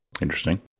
Interesting